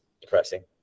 depressing